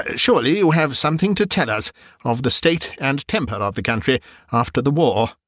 ah surely you have something to tell us of the state and temper of the country after the war?